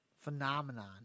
phenomenon